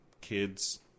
kids